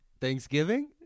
thanksgiving